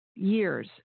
Years